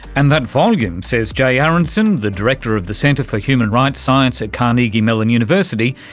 and that volume, says jay aronson, the director of the centre for human rights science at carnegie mellon university,